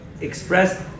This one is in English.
express